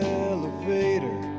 elevator